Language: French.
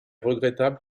regrettable